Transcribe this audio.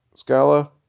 Scala